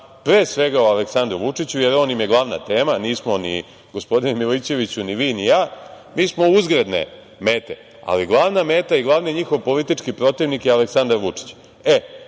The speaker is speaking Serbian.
pre svega o Aleksandru Vučiću jer on im je glavna tema, nismo ni, gospodine Milićeviću ni vi ni ja, mi smo uzgredne mete. Glavna meta i glavni njihov politički protivnik je Aleksandar Vučić. Budući